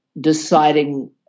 deciding